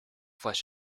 flush